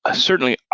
ah certainly,